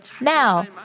Now